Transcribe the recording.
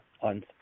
on